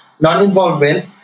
non-involvement